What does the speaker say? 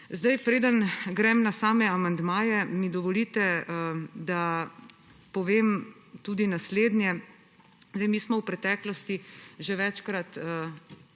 sklada. Preden grem na same amandmaje, mi dovolite, da povem tudi naslednje. Mi smo v preteklosti že večkrat